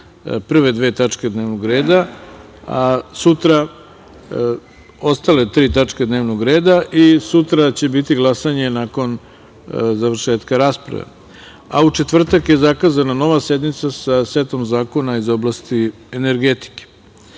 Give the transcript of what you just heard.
prve dve tačke dnevnog reda, a sutra ostale tri tačke dnevnog reda i sutra će biti glasanje nakon završetka rasprave. U četvrtak je zakazana nova sednica sa setom zakona iz oblasti energetike,